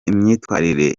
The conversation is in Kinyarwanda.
imyitwarire